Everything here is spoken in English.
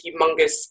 humongous